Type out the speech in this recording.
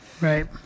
Right